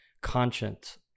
conscience